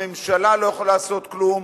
הממשלה לא יכולה לעשות כלום,